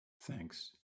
Thanks